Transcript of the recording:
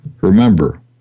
Remember